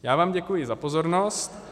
Já vám děkuji za pozornost.